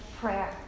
prayer